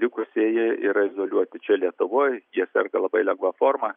likusieji yra izoliuoti čia lietuvoj jie serga labai lengva forma